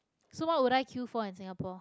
so what would I queue for in Singapore